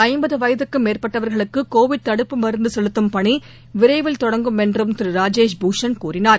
ஐம்பது வயதுக்கு மேற்பட்டவர்களுக்கு கோவிட் தடுப்பு மருந்து செலுத்தும் பணி விரைவில் தொடங்கும் என்றும் திரு ராஜேஷ் பூஷன் கூறினார்